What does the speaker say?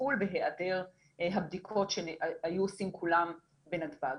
מחו"ל בהעדר הבדיקות שהיו עושים כולם בנתב"ג.